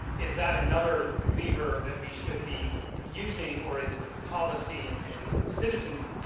is that another lever that we should be using or is is it policy in citizen,